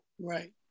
Right